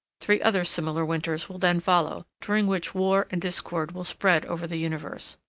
three other similar winters will then follow, during which war and discord will spread over the universe.